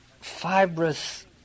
fibrous